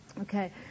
Okay